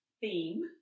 Theme